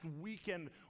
weekend